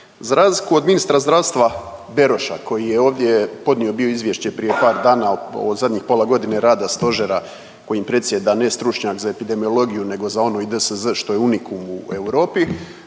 za razliku od ministra zdravstva Beroša koji je ovdje podnio bio Izvješće prije par dana o zadnjih pola godine rada Stožera kojim predsjeda ne stručnjak za epidemiologiju nego za ono i .../Govornik se